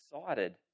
excited